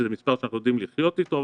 וזה מספר שאנחנו יודעים לחיות איתו.